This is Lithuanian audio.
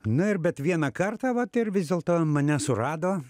na ir bet vieną kartą vat ir vis dėlto mane surado